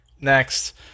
Next